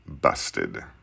busted